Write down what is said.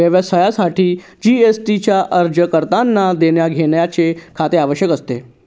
व्यवसायासाठी जी.एस.टी चा अर्ज करतांना देण्याघेण्याचे खाते आवश्यक असते